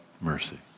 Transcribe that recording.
mercy